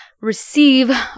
receive